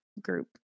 group